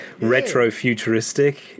retro-futuristic